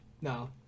No